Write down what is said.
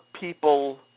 people